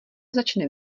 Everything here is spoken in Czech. začne